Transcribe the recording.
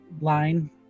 line